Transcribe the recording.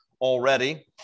already